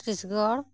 Chhattisgarh